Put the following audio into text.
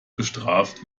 bestraft